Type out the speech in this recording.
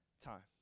time